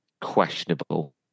questionable